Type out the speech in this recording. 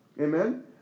Amen